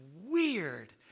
weird